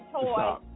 toy